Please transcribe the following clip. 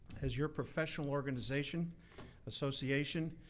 as your professional organization association,